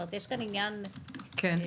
יש כאן עניין מקצועי.